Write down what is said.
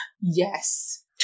Yes